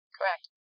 Correct